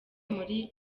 muri